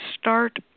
start